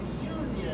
reunion